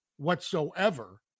whatsoever